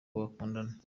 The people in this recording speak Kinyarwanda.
bakundana